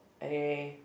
anywhere